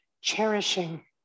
cherishing